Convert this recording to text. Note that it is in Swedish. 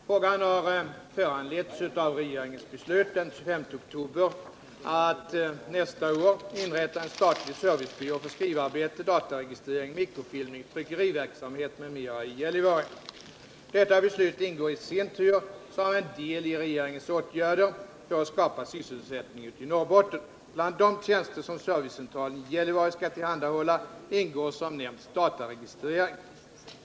Frågan har föranletts av regeringens beslut den 25 oktober att nästa år inrätta en statlig servicebyrå för skrivarbete, dataregistrering, mikrofilmning, tryckeriverksamhet m.m. i Gällivare. Detta beslut ingår i sin tur som en del i regeringens åtgärder för att skapa sysselsättning i Norrbotten. Bland de nämnts dataregistrering.